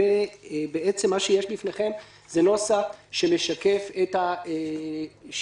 הנוסח שיש בפניכם הוא נוסח שמשקף את השינויים